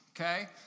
Okay